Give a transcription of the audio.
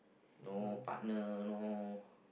no partner no